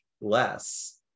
less